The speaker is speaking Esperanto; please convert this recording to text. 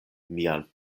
mian